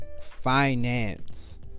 finance